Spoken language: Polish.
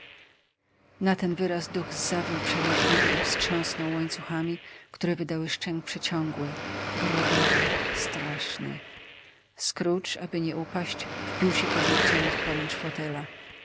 na ten wyraz duch zawył przeraźliwie i wstrząsnął łańcuchami które wydały szczęk przeciągły grobowy straszny scrooge aby nie upaść wpił się paznogciami w poręcz fotela